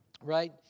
Right